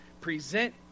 present